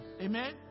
Amen